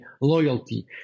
loyalty